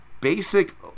basic